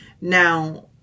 Now